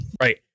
right